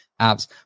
apps